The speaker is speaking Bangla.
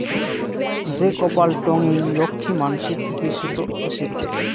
যে কপাল টঙ্নি লক্ষী মানসির থাকি সেটো এসেট